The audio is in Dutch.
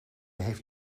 heeft